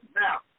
Now